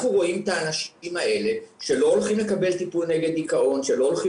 אנחנו רואים את האנשים האלה שלא הולכים